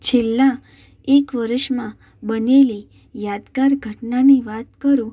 છેલ્લા એક વર્ષમાં બનેલી યાદગાર ઘટનાની વાત કરું